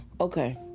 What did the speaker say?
okay